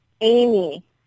Amy